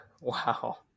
wow